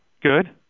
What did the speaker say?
Good